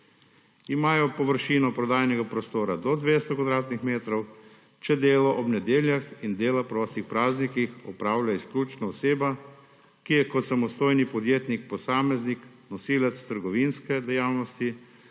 imajo površino prodajnega prostora do 200 kvadratnih metrov, če delo ob nedeljah in dela prostih dnevih opravlja izključno oseba, ki je kot samostojni podjetnik posameznik nosilec trgovinske dejavnosti